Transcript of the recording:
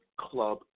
Club